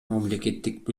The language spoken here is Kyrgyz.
мамлекеттик